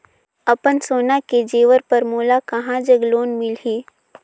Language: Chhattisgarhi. अपन सोना के जेवर पर मोला कहां जग लोन मिलही?